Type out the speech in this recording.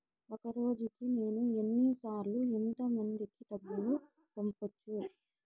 ఒక రోజుకి నేను ఎన్ని సార్లు ఎంత మందికి డబ్బులు పంపొచ్చు?